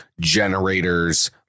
generators